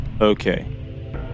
Okay